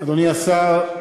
אדוני השר,